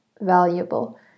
valuable